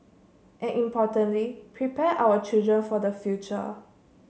and importantly prepare our children for the future